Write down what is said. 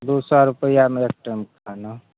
दू सए रूपैआ मे एक टाइम खाना